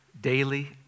daily